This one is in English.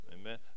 Amen